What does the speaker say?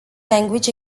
language